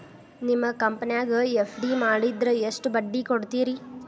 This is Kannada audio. ನಿಮ್ಮ ಕಂಪನ್ಯಾಗ ಎಫ್.ಡಿ ಮಾಡಿದ್ರ ಎಷ್ಟು ಬಡ್ಡಿ ಕೊಡ್ತೇರಿ?